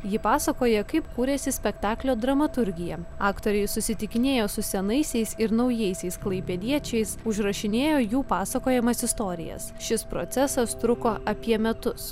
ji pasakoja kaip kūrėsi spektaklio dramaturgija aktoriai susitikinėjo su senaisiais ir naujaisiais klaipėdiečiais užrašinėjo jų pasakojamas istorijas šis procesas truko apie metus